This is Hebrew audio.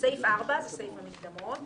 זה לא מנוגד למה שאמרו?